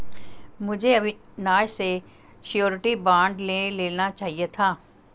मुझे अविनाश से surety bond ले लेना चाहिए था